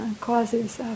causes